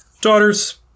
Daughter's